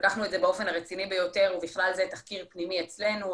לקחנו את זה באופן הרציני ביותר ובכלל זה תחקיר פנימי אצלנו,